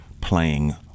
playing